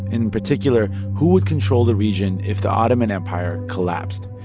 in particular, who would control the region if the ottoman empire collapsed?